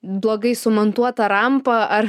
blogai sumontuota rampa ar